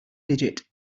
digit